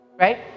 right